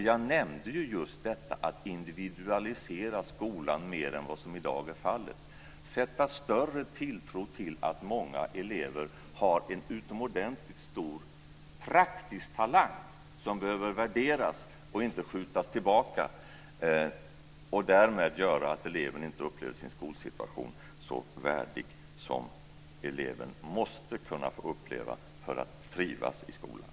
Jag nämnde också detta med att individualisera skolan mer än vad som i dag är fallet, att sätta större tilltro till att många elever har en utomordentligt stor praktisk talang som behöver värderas - inte skjutas tillbaka så att eleven inte upplever sin skolsituation som så värdig som eleven måste kunna få göra för att trivas i skolan.